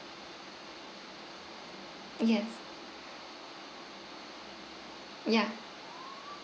yes ya